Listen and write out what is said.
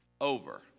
over